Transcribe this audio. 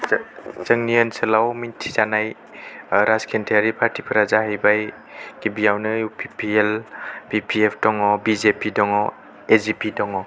जोंनि ओनसोलआव मिथिजानाय राजखान्थियारि पार्टि फोरा जाहैबाय गिबियावनो U P P L B P F दङ बि जे पि दङ ए जि पि दङ